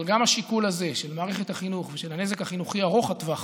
אבל גם השיקול הזה של מערכת החינוך ושל הנזק החינוכי ארוך הטווח